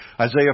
Isaiah